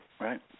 right